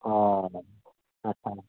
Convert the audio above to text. ᱚᱻ ᱟᱪᱪᱷᱟ